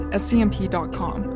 scmp.com